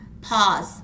pause